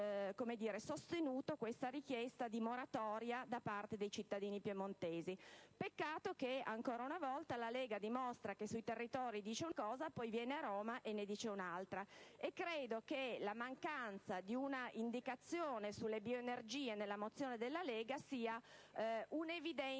sostenuto la richiesta di moratoria da parte dei cittadini piemontesi. Peccato che, ancora una volta, la Lega dimostri che sui territori dice una cosa, poi viene a Roma e ne dice un'altra. Credo che la mancanza di un'indicazione sulle bioenergie nella mozione della Lega sia il